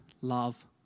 love